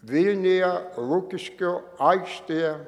vilniuje lukiškių aikštėje